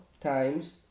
times